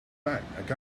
back